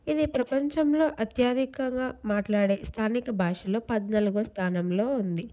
ఇది ప్రపంచంలో అత్యాధికంగా మాట్లాడే స్థానిక భాషల్లో పద్నాలుగో స్థానంలో ఉంది